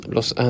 Los